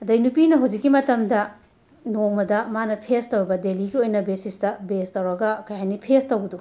ꯑꯗꯒꯤ ꯅꯨꯄꯤꯅ ꯍꯧꯖꯤꯛꯀꯤ ꯃꯇꯝꯗ ꯅꯣꯡꯃꯗ ꯃꯥꯅ ꯐꯦꯁ ꯇꯧꯕ ꯗꯦꯂꯤꯒꯤ ꯑꯣꯏꯅ ꯕꯦꯁꯤꯁꯇ ꯕꯦꯖ ꯇꯧꯔꯒ ꯀꯩ ꯍꯥꯏꯅꯤ ꯐꯦꯁ ꯇꯧꯕꯗꯨ